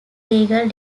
legal